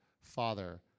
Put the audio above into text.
Father